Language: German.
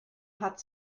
hat